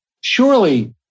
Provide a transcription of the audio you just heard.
surely